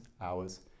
hours